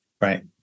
Right